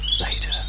later